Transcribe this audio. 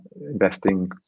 investing